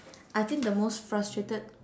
I think the most frustrated